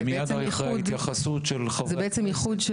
ומיד אחרי ההתייחסות של חברי הכנסת --- זה בעצם איחוד גם